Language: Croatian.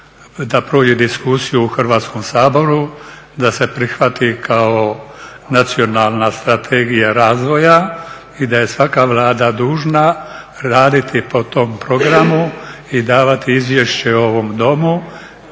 da prođe diskusiju u Hrvatskom saboru, da se prihvati kao nacionalna strategija razvoja i da je svaka Vlada dužna raditi po tom programu i davati izvješće ovom domu